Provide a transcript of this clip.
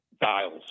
dials